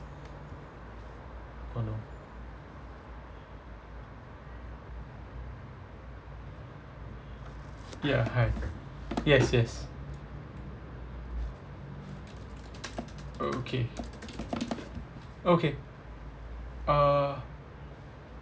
oh no ya hi yes yes okay okay uh